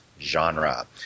genre